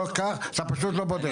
אתה פשוט לא בודק.